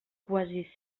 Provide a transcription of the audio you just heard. quasi